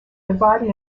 divided